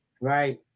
Right